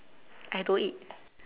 I don't eat